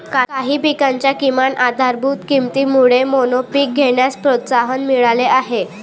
काही पिकांच्या किमान आधारभूत किमतीमुळे मोनोपीक घेण्यास प्रोत्साहन मिळाले आहे